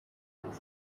میبینی